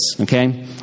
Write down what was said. okay